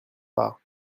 pas